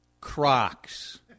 crocs